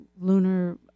lunar